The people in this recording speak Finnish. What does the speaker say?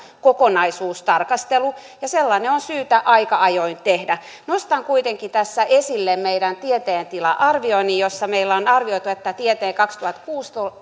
kokonaisuustarkastelu koulutusjärjestelmästä ja sellainen on syytä aika ajoin tehdä nostan kuitenkin tässä esille meidän tieteen tila arvioinnin jossa meillä on arvioitu että tieteen tila kaksituhattakuusitoista